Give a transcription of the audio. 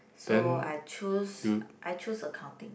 so I choose I choose accounting